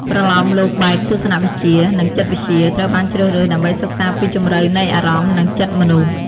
ប្រលោមលោកបែបទស្សនវិជ្ជា និងចិត្តវិទ្យា ត្រូវបានជ្រើសរើសដើម្បីសិក្សាពីជម្រៅនៃអារម្មណ៍ និងចិត្តមនុស្ស។